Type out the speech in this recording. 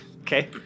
Okay